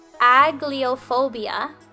Agliophobia